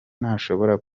ntashobora